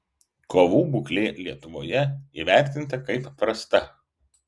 kovų būklė lietuvoje įvertinta kaip prasta